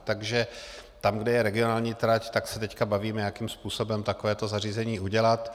Takže tam, kde je regionální trať, tak se teď bavíme, jakým způsobem takovéto zařízení udělat.